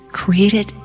created